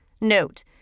Note